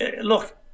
Look